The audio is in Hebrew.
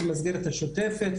במסגרת השוטפת,